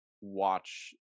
watch